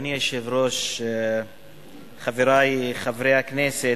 אדוני היושב-ראש, חברי חברי הכנסת,